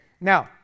now